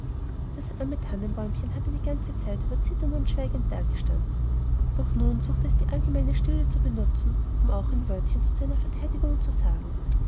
das arme tannenbäumchen hatte die ganze zeit über zitternd und schweigend dagestanden doch nun suchte es die allgemeine stille zu benutzen um auch ein wörtchen zu seiner verteidigung zu sagen